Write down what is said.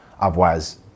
Otherwise